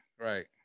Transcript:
Right